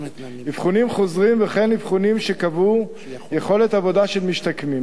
אבחונים חוזרים וכן אבחונים שיקבעו יכולת עבודה של משתקמים.